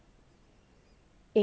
an then